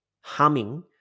humming